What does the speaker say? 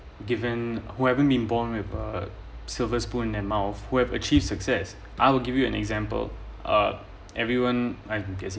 given whoever been born with a silver spoon and mouth who have achieved success I will give you an example uh everyone uh I'm guessing